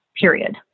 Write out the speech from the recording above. period